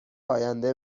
آینده